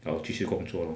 然后我继续工作 lor